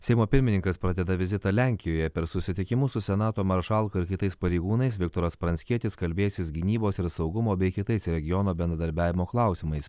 seimo pirmininkas pradeda vizitą lenkijoje per susitikimus su senato maršalka ir kitais pareigūnais viktoras pranckietis kalbėsis gynybos ir saugumo bei kitais regiono bendradarbiavimo klausimais